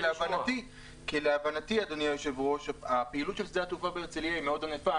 להבנתי אדוני היושב ראש הפעילות של שדה התעופה בהרצליה היא מאוד ענפה.